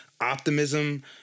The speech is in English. optimism